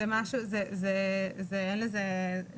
אני אומרת שזה לא עלה.